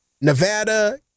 Nevada